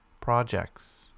projects